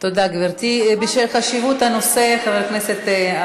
יו"ר ועדת החינוך יעשה, תודה, גברתי.